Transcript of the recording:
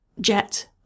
jet